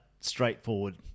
straightforward